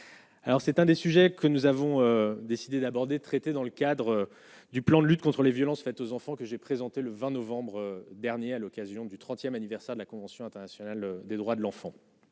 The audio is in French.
Alors c'est un des sujets que nous avons décidé d'aborder traité dans le cadre du plan de lutte contre les violences faites aux enfants que j'ai présenté le 20 novembre dernier à l'occasion du 30ème anniversaire de la convention internationale des droits de l'enfant,